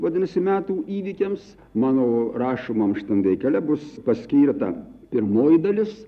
vadinasi metų įvykiams mano rašomam šitam veikale bus paskirta pirmoji dalis